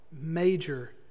major